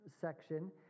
section